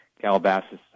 Calabasas